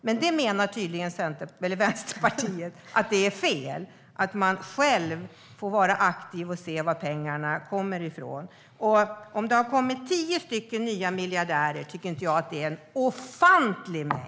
Men Vänsterpartiet menar tydligen att det är fel att man själv får vara aktiv och se var pengarna kommer från. Om det har blivit tio nya miljardärer tycker jag inte att det är en ofantlig mängd.